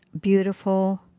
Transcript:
beautiful